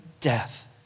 death